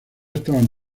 estaban